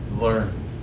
learn